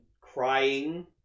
crying